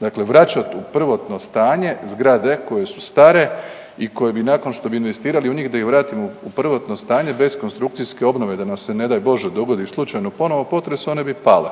dakle vraćat u prvotno stanje zgrade koje su stare i koje bi nakon što bi investirali u njih da ih vratimo u prvotno stanje bez konstrukcijske obnove da nam se ne daj Bože dogodi slučajno ponovno potres one bi pale.